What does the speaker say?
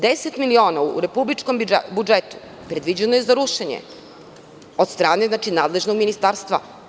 Deset miliona u republičkom budžetu predviđeno je za rušenje od strane nadležnog ministarstva.